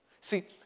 See